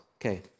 Okay